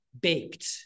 baked